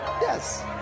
Yes